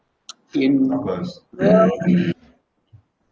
in work